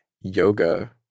yoga